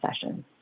session